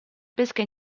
pesca